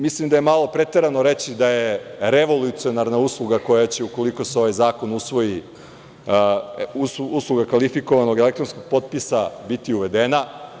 Mislim da je malo preterano reći da je revolucionarna usluga koja će, ukoliko se ovaj zakon usvoji, usluga kvalifikovanog elektronskog potpisa, biti uvedena.